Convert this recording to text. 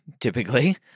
typically